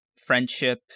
friendship